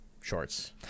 shorts